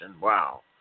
Wow